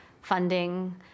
funding